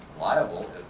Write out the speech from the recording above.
liable